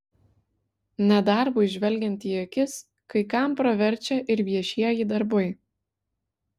nedarbui žvelgiant į akis kai kam praverčia ir viešieji darbai